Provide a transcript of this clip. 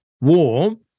warm